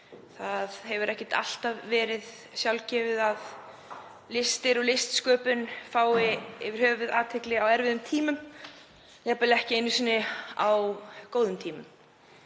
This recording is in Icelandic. Það hefur ekki alltaf verið sjálfgefið að listir og listsköpun fái yfir höfuð athygli á erfiðum tímum, jafnvel ekki einu sinni á góðum tímum,